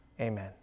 Amen